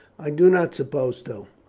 i do not suppose so.